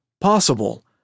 possible